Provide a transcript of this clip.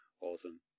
Awesome